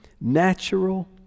natural